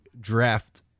draft